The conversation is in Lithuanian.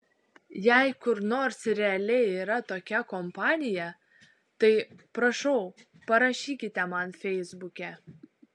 jei kur nors realiai yra tokia kompanija tai prašau parašykite man feisbuke